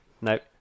Nope